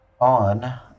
on